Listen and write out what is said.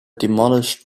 demolished